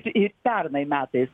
ir pernai metais